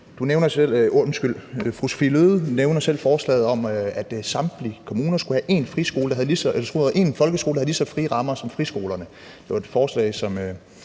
nævner selv forslaget om, at samtlige kommuner hver skulle have én folkeskole, der havde lige så frie rammer som friskolerne.